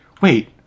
Wait